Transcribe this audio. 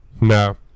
No